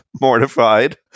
mortified